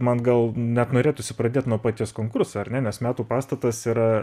man gal net norėtųsi pradėt nuo paties konkurso ar ne nes metų pastatas yra